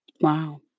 Wow